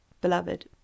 Beloved